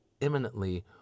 imminently